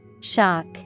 Shock